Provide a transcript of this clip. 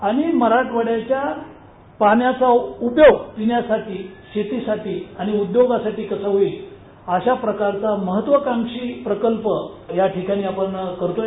आणि मराठवाड्याच्या पाण्याचा उपयोग पिण्यासाठी शेती साठी आणि उद्योगासाठी कसा होईल अशा प्रकारचा महत्त्वकांक्षी प्रकल्प या ठिकाणी आपण करतोय